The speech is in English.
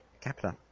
capital